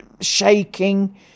shaking